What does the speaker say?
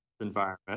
environment